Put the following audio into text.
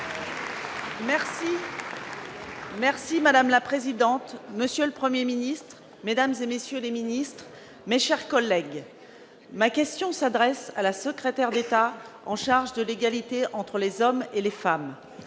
remercie, madame la présidente. Monsieur le Premier ministre, mesdames, messieurs les ministres, mes chers collègues, ma question s'adresse à Mme la secrétaire d'État chargée de l'égalité entre les femmes et les hommes.